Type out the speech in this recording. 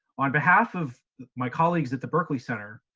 on behalf of my colleagues at the berkley center,